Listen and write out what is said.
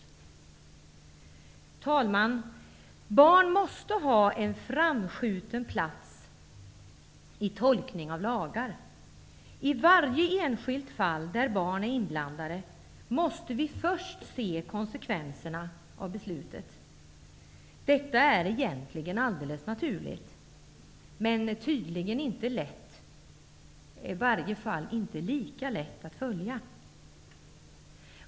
Herr talman! Barn måste ha en framhållen plats i tolkningen av lagar. I varje enskilt fall där barn är inblandade måste man först se till konsekvenserna av beslutet. Detta är egentligen alldeles naturligt, men tydligen inte lika lätt att följa.